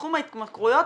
תחום ההתמכרויות,